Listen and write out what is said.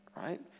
right